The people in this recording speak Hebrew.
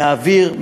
מהאוויר,